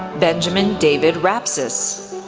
benjamin david rapsas,